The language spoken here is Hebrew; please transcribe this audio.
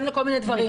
לכל מיני דברים.